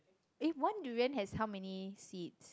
eh one durian has how many seeds